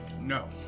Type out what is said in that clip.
No